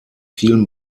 vielen